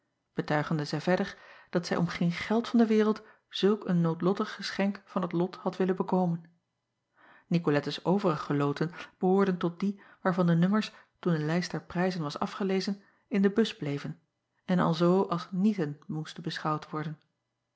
betuigende zij verder dat zij om geen geld van de wereld zulk een noodlottig geschenk van het lot had willen bekomen icolettes overige loten behoorden tot die waarvan de nummers toen de lijst der prijzen was afgelezen in de bus bleven en alzoo als nieten moesten beschouwd worden